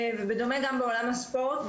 ובדומה גם בעולם הספורט,